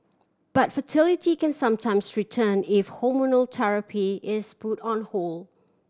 but fertility can sometimes return if hormonal therapy is put on hold